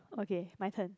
okay my turn